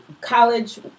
college